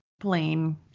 plain